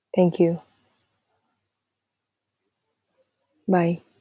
thank you bye